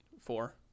Four